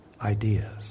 Ideas